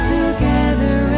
Together